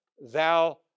thou